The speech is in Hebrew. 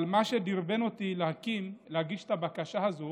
אבל מה שדרבן אותי להגיש את הבקשה הזו